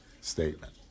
statement